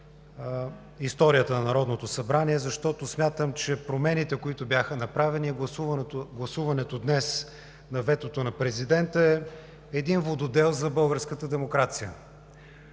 историята на Народното събрание, защото смятам, че промените, които бяха направени, е гласуването днес на ветото на президента, е един вододел за българската демокрация.